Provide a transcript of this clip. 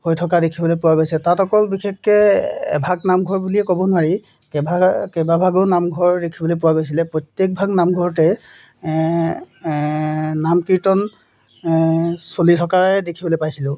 হৈ থকা দেখিবলৈ পোৱা গৈছে তাত অকল বিশেষকৈ এভাগ নামঘৰ বুলিয়ে ক'ব নোৱাৰি কেভাগা কেইবাভাগো নামঘৰ দেখিবলৈ পোৱা গৈছিলে প্ৰত্যেকভাগ নামঘৰতে নাম কীৰ্তন চলি থকাই দেখিবলৈ পাইছিলোঁ